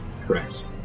Correct